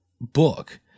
book